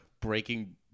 breaking